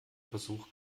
versuch